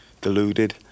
deluded